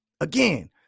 Again